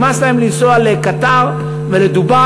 ונמאס להם לנסוע לקטאר ולדובאי,